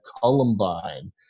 Columbine